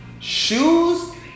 Shoes